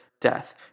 death